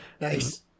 Nice